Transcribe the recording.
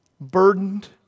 burdened